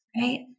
right